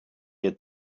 had